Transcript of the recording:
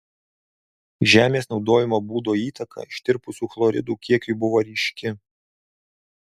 žemės naudojimo būdo įtaka ištirpusių chloridų kiekiui buvo ryški